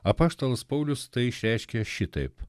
apaštalas paulius tai išreiškia šitaip